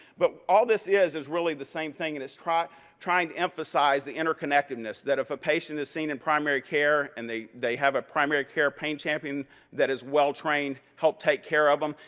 but all this is is really the same thing. and it's trying trying to emphasize the interconnectedness that if a patient is seen in primary care, and they they have a primary care pain champion that is well-trained to help take care of them,